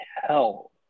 hell